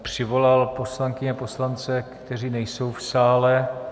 Přivolal jsem poslankyně a poslance, kteří nejsou v sále.